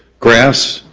graphs,